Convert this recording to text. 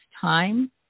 time